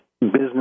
business